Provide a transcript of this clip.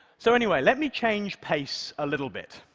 so anyway, let me change pace a little bit.